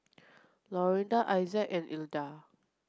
Lorinda Issac and Ilda